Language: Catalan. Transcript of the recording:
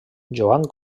joan